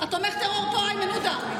זה מה שהוא אמר, תומך הטרור פה, איימן עודה.